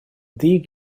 ddig